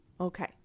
Okay